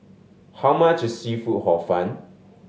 how much is seafood Hor Fun